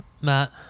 Matt